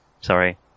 Sorry